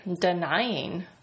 denying